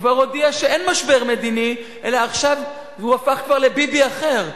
כבר הודיע שאין משבר מדיני אלא עכשיו הוא הפך כבר לביבי אחר.